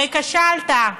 הרי כשלת,